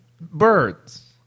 birds